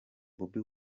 bobi